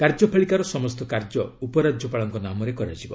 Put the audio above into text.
କାର୍ଯ୍ୟପାଳିକାର ସମସ୍ତ କାର୍ଯ୍ୟ ଉପରାଜ୍ୟପାଳଙ୍କ ନାମରେ କରାଯିବ